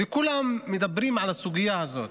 וכולם מדברים על הסוגיה הזאת.